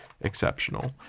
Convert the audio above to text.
exceptional